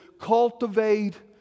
cultivate